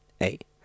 eight